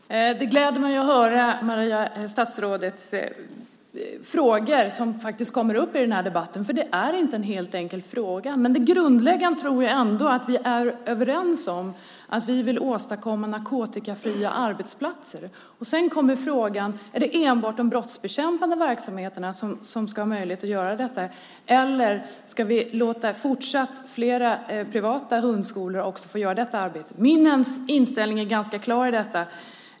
Herr talman! Det gläder mig att höra statsrådet tala om de frågor som kommer upp i den här debatten. Det är inte en helt enkel fråga. Det grundläggande tror jag är att vi är överens om att vi vill åstadkomma narkotikafria arbetsplatser. Sedan kommer frågan: Är det enbart de brottsbekämpande verksamheterna som ska ha möjlighet att göra detta, eller ska vi låta flera privata hundskolor också få göra detta arbete? Min inställning är ganska klar.